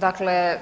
Dakle,